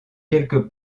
quelque